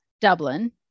dublin